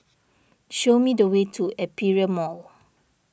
show me the way to Aperia Mall